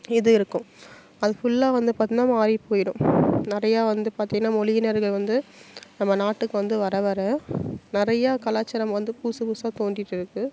இது இருக்கும் அது ஃபுல்லா வந்து பார்த்தோம்னா மாறிட்டு போயிடும் நிறையா வந்து பார்த்திங்கனா மொழியினர்கள் வந்து நம்ம நாட்டுக்கு வந்து வர வர நிறையா கலாச்சாரம் வந்து புதுசு புதுசாக தோன்றிட்டு இருக்குது